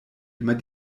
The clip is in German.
immer